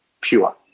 pure